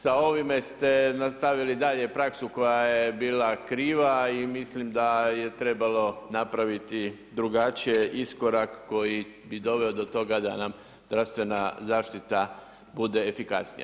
Sa ovime ste nastavili dalje praksu koja je bila kriva i mislim da je trebalo napraviti drugačije iskorak koji bi doveo do toga da nam zdravstvena zaštita bude efikasnija.